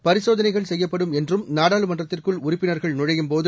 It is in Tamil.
பரிசோதனைகள் செய்யப்படும் என்றும் நாடாளுமன்றத்திற்குள் உறுப்பினர்கள் நுழையும்போது